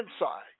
inside